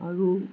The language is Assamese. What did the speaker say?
আৰু